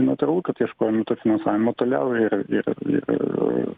natūralu kad ieškojome to finansavimo toliau ir ir ir